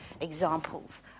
examples